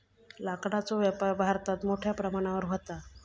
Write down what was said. लाकडाचो व्यापार भारतात मोठ्या प्रमाणावर व्हता